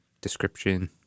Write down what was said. description